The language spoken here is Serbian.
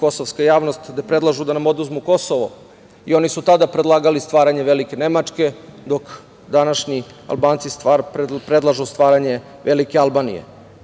kosovka javnost da predlažu da nam oduzmu Kosovo i oni su tada predlagali stvaranje velike Nemačke, dok današnji Albanci predlažu osvajanje velike Albanije. Ono